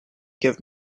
give